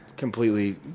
completely